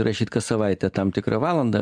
rašyt kas savaitę tam tikrą valandą